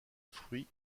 fruit